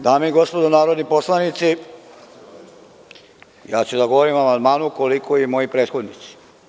Dame i gospodo narodni poslanici, ja ću da govorim o amandmanu koliko i moji prethodnici.